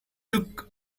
took